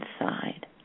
inside